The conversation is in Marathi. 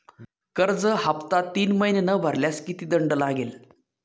कर्ज हफ्ता तीन महिने न भरल्यास किती दंड लागेल?